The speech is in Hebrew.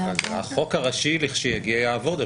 החוק הראשי, לכשיגיע, יעבור דרך פסקת ההגבלה.